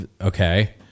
okay